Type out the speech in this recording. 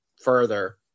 further